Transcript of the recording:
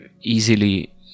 easily